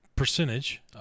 percentage